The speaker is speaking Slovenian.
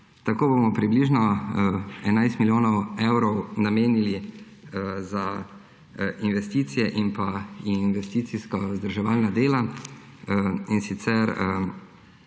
Tako bomo približno 11 milijonov evrov namenili za investicije in investicijska vzdrževalna dela, in sicer